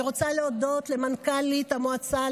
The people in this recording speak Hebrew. אני רוצה להודות למנכ"לית המועצה